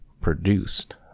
produced